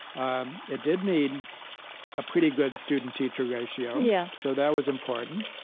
um it did need a pretty good student-teacher ratio, yeah so that was important.